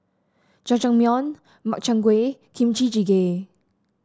Jajangmyeon Makchang Gui Kimchi Jjigae